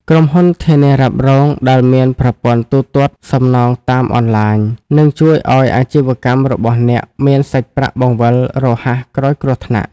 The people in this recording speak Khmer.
ក្រុមហ៊ុនធានារ៉ាប់រងដែលមាន ប្រព័ន្ធទូទាត់សំណងតាមអនឡាញ នឹងជួយឱ្យអាជីវកម្មរបស់អ្នកមានសាច់ប្រាក់បង្វិលរហ័សក្រោយគ្រោះថ្នាក់។